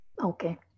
Okay